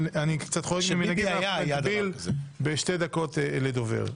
אני קצת חורג ממנהגי ומגביל ל-2 דקות לדובר.